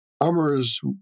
armor's